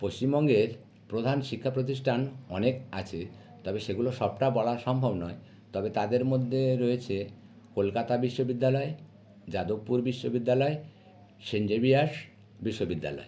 পশ্চিমবঙ্গে প্রধান শিক্ষা প্রতিষ্ঠান অনেক আছে তবে সেগুলো সবটা বলা সম্ভব নয় তবে তাদের মধ্যে রয়েছে কলকাতা বিশ্ববিদ্যালয় যাদবপুর বিশ্ববিদ্যালয় সেন্ট জেভিয়ার্স ইউনিভার্সিটি